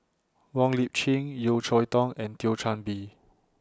Wong Lip Chin Yeo Cheow Tong and Thio Chan Bee